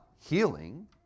healing